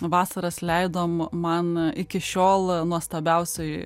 vasaras leidom man iki šiol nuostabiausioj